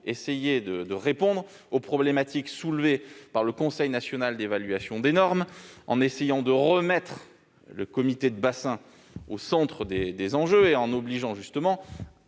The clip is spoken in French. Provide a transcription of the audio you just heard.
essayé de répondre aux problématiques soulevées par le Conseil national d'évaluation des normes (CNEN), en remettant le comité de bassin au centre des enjeux et en rapprochant